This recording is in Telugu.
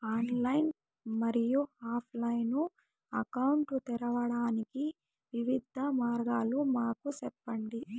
ఆన్లైన్ మరియు ఆఫ్ లైను అకౌంట్ తెరవడానికి వివిధ మార్గాలు మాకు సెప్పండి?